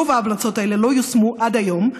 רוב ההמלצות שלה לא יושמו עד היום.